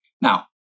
Now